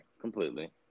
completely